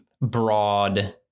broad